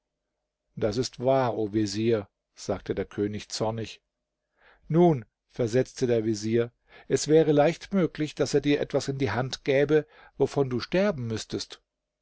das ist wahr o vezier sagte der könig zornig nun versetzte der vezier es wäre leicht möglich daß er dir etwas in die hand gäbe wovon du sterben müßtest